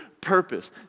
purpose